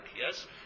yes